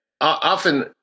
often